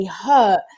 hurt